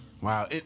Wow